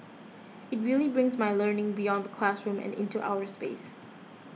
it really brings my learning beyond the classroom and into outer space